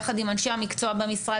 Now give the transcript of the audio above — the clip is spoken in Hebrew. יחד עם אנשי המקצוע במשרד,